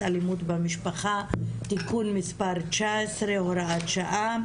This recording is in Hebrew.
אלימות במשפחה (תיקון מס' 19 הוראת שעה)